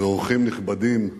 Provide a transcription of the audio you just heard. ואורחים נכבדים,